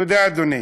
תודה, אדוני.